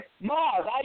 Mars